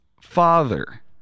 father